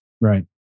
Right